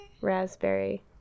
raspberry